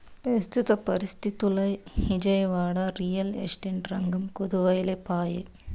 పెస్తుత పరిస్తితుల్ల Vijayawada, real estate రంగం కుదేలై పాయె